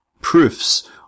proofs